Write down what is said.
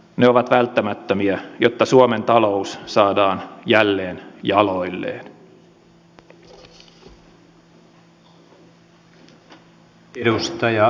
ne ovat välttämättömiä jotta suomen talous saadaan jälleen jaloilleen